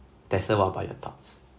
dexter what about your thoughts